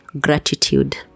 gratitude